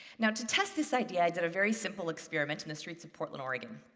now, to test this idea, i did a very simple experiment in the streets of portland, oregon.